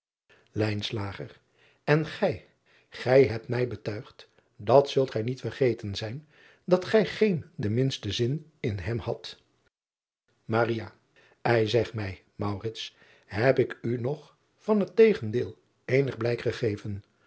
n gij gij hebt mij betuigd dat zult gij niet vergeten zijn dat gij geen den minsten zin in hem hadt i zeg mij heb ik u nog van het tegendeel eenig blijk gegeven